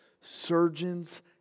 surgeon's